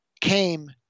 came